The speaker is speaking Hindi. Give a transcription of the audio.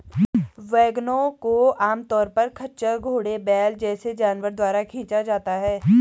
वैगनों को आमतौर पर खच्चर, घोड़े, बैल जैसे जानवरों द्वारा खींचा जाता है